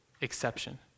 exception